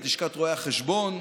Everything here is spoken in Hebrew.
את לשכת רואי החשבון,